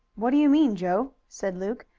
what do you mean, joe? said luke.